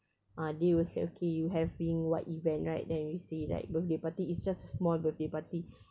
ah they will serve okay you having what event right then you say like birthday party it's just a small birthday party